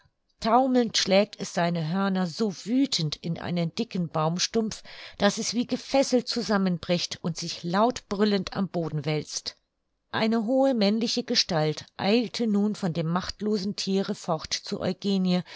taumelnd schlägt es seine hörner so wüthend in einen dicken baumstumpf daß es wie gefesselt zusammenbricht und sich laut brüllend am boden wälzt eine hohe männliche gestalt eilte nun von dem machtlosen thiere fort zu eugenie